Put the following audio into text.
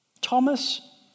Thomas